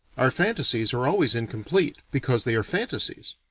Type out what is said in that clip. our fantasies are always incomplete, because they are fantasies.